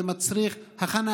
זה מצריך הכנה,